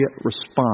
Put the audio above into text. response